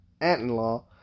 aunt-in-law